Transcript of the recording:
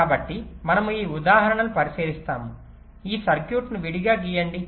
కాబట్టి మనము ఈ ఉదాహరణను పరిశీలిస్తాము ఈ సర్క్యూట్ను విడిగా గీయండి